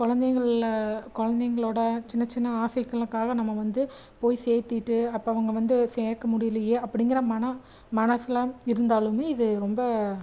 குழந்தைங்கள்ல குழந்தைங்களோட சின்ன சின்ன ஆசைகளுக்காக நம்ம வந்து போயி சேர்திட்டு அப்போ அவங்க வந்து சேர்க்க முடியலியே அப்படிங்குற மன மனசுலாம் இருந்தாலுமே இது ரொம்ப